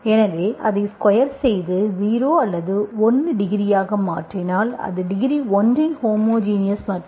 எனவே அதை ஸ்கொயர் செய்து 0 அல்லது 1 டிகிரியாக மாற்றினால் அது டிகிரி ஒன்றின் ஹோமோஜினஸ் மாறும்